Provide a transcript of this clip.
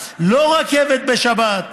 לא רכבת בשבת.